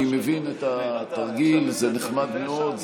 אני מבין את התרגיל, זה נחמד מאוד.